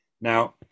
Now